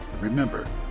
Remember